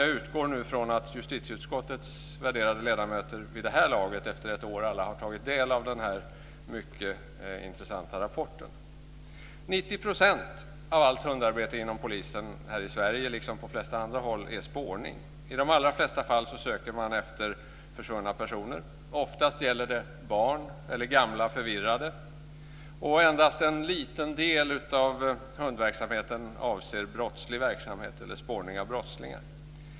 Jag utgår nu från att justitieutskottets värderade ledamöter vid det här laget, efter ett år, alla har tagit del av den här mycket intressanta rapporten. 90 % av allt hundarbete inom polisen här i Sverige, liksom på de flesta andra håll, är spårning. I de allra flesta fall söker man efter försvunna personer, oftast barn eller gamla och förvirrade, och endast en liten del av hundverksamheten avser brottslig verksamhet eller spårning av brottslingar.